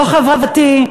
לא חברתי,